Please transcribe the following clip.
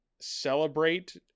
celebrate